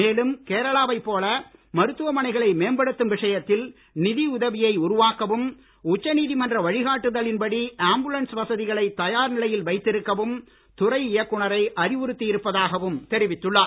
மேலும் கேரளாவைப் போல மருத்துவமனைகளை மேம்படுத்தும் விஷயத்தில் நிதி உதவியை உருவாக்கவும் உச்ச நீதிமன்ற வழிகாட்டுதலின் படி ஆம்புலன்ஸ் வசதிகளை தயார் நிலையில் வைத்திருக்கவும் துறை இயக்குனரை அறிவுறுத்தி இருப்பதாகவும் தெரிவித்துள்ளார்